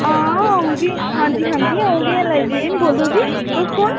हां अ'ऊं गै हां जी हां जी अ'ऊं गै लाइब्रेरियन बोलो जी तुस कु'न